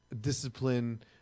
discipline